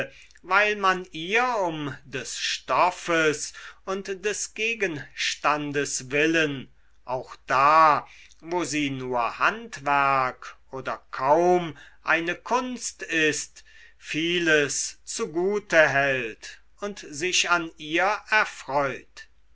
weil man ihr um des stoffes und des gegenstandes willen auch da wo sie nur handwerk oder kaum eine kunst ist vieles zugute hält und sich an ihr erfreut